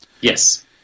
Yes